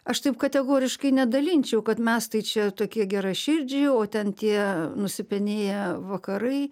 aš taip kategoriškai nedalinčiau kad mes tai čia tokie geraširdžiai o ten tie nusipenėję vakarai